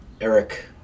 Eric